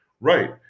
Right